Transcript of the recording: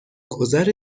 گذر